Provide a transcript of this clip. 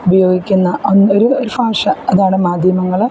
ഉപയോഗിക്കുന്ന ഒരു ഒരു ഭാഷ അതാണ് മാധ്യമങ്ങൾ